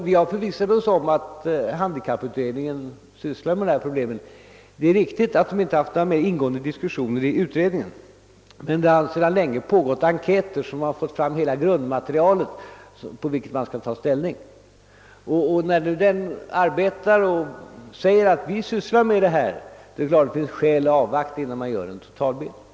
Vi har förvissat oss om att handikapputredningen arbetar med detta problem. Där har visserligen inte förekommit några mer ingående diskussioner, men enkätvägen har man fått fram hela det material som skall ligga till grund för ett ställningstagande. När utredningen alltså arbetar med denna fråga vill vi naturligtvis avvakta resultatet därav innan vi skapar oss en totalbild av läget.